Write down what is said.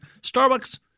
Starbucks